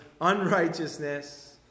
unrighteousness